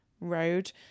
road